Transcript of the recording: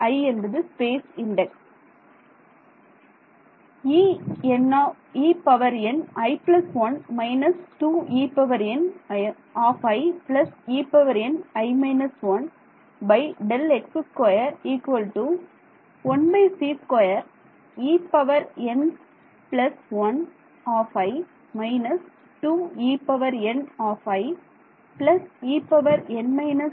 i என்பது space index